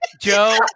Joe